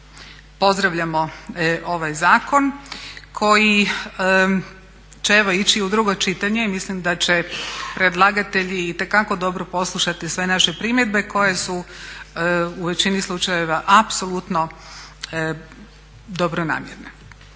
pozdravljamo ovaj zakon koji će evo ići u drugo čitanje i mislim da će predlagatelji itekako dobro poslušati sve naše primjedbe koje su u većini slučajeva apsolutno dobronamjerne.